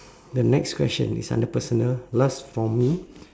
the next question is under personal last from me